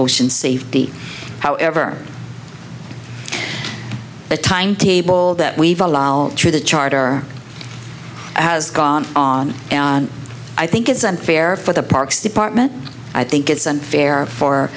ocean safety however the timetable that we evolved through the charter has gone on i think it's unfair for the parks department i think it's unfair for